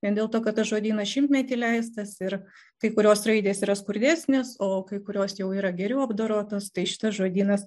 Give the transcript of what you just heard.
vien dėl to kad tas žodynas šimtmetį leistas ir kai kurios raidės yra skurdesnės o kai kurios jau yra geriau apdorotos tai šitas žodynas